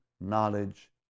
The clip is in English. knowledge